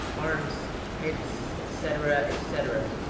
arms, heads, etc, etc,